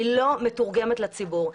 היא לא מתורגמת לציבור.